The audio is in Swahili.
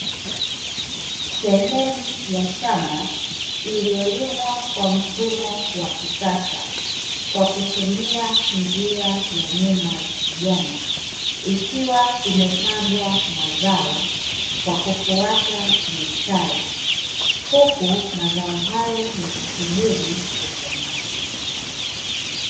Sehemu ya shamba iliyolimwa kwa mfumo wa kisasa kwa kutumia njia ya nyumba ya kijani, ikiwa imepandwa mazao kwa kufuata mistari, huku mazao hayo yakisubiri kukomaa.